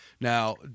Now